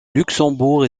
luxembourg